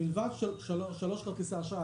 מלבד שלוש חברות כרטיסי אשראי,